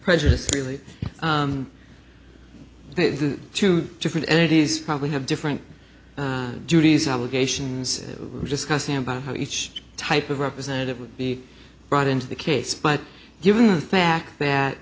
prejudice really two different entities probably have different duties obligations were discussing about how each type of representative would be brought into the case but given the fact